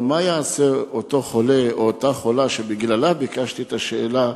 אבל מה יעשה אותו חולה או אותה חולה שבגללה ביקשתי את השאלה,